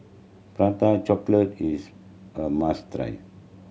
Prata Chocolate is a must try